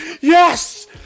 yes